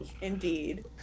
Indeed